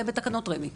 זה בתקנות רמ"י,